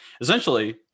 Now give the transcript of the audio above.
essentially